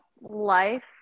life